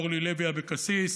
אורלי לוי אבקסיס,